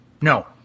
No